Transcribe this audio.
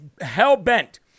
hell-bent